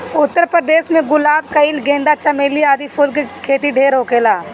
उत्तर प्रदेश में गुलाब, कनइल, गेंदा, चमेली आदि फूल के खेती ढेर होखेला